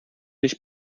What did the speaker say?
nicht